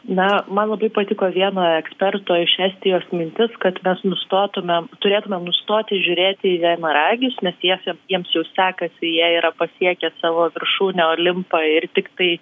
na man labai patiko vieno eksperto iš estijos mintis kad mes nustotumėm turėtumėm nustoti žiūrėti į vienaragius nes jiems jiems jau sekasi jie yra pasiekę savo viršūnę olimpą ir tiktai